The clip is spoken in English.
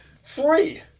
Three